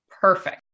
Perfect